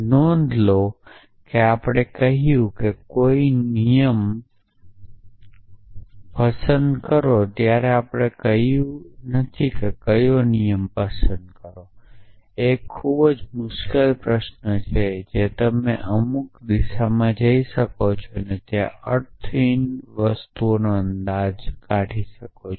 નોંધ લો કે આપણે કહ્યું છે કે કોઈ નિયમ પસંદ કરો પણ આપણે કહ્યું નથી ક્યો નિયમ પસંદ કરો એક ખૂબ જ મુશ્કેલ પ્રશ્ન છે જે તમે અમુક દિશામાં જઈ શકો છો અને ત્યાં અર્થહીન વસ્તુઓનો અંદાજ કાઢો છો